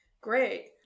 Great